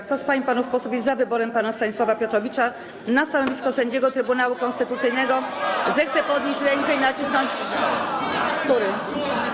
Kto z pań i panów posłów jest za wyborem pana Stanisława Piotrowicza na stanowisko sędziego Trybunału Konstytucyjnego, zechce podnieść rękę i nacisnąć przycisk.